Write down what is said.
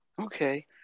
Okay